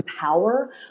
power